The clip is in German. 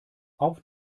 auf